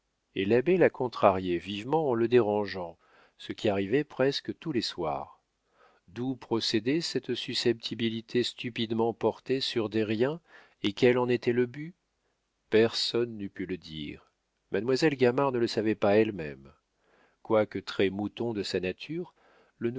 et l'abbé la contrariait vivement en le dérangeant ce qui arrivait presque tous les soirs d'où procédait cette susceptibilité stupidement portée sur des riens et quel en était le but personne n'eût pu le dire mademoiselle gamard ne le savait pas elle-même quoique très mouton de sa nature le